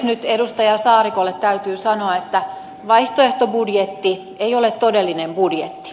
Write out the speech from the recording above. nyt edustaja saarikolle täytyy sanoa että vaihtoehtobudjetti ei ole todellinen budjetti